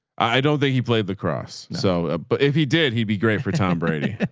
i don't think he played the cross. so, but if he did, he'd be great for tom brady.